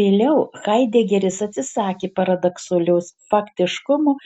vėliau haidegeris atsisakė paradoksalios faktiškumo